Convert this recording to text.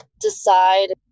decide